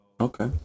okay